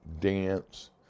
dance